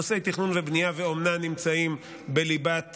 נושאי תכנון ובנייה ואומנה נמצאים בליבת